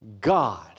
God